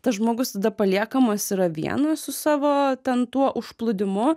tas žmogus tada paliekamas yra vienas su savo ten tuo užplūdimu